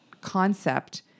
concept